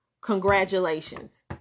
congratulations